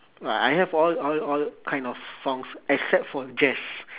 uh I have all all all kind of songs except for jazz